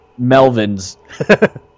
Melvins